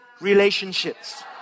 relationships